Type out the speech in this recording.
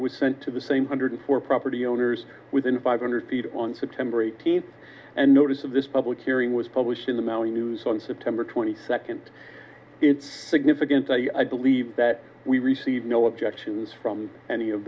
was sent to the same hundred four property owners within five hundred feet on september eighteenth and notice of this public hearing was published in the maui news on september twenty second is significant i believe that we received no objections from any of